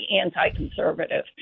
anti-conservative